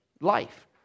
life